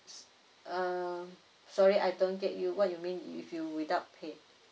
err sorry I don't get you what you mean if you without pay